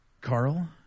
Carl